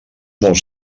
molt